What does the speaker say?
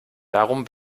darum